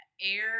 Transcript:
air